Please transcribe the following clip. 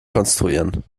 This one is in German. konstruieren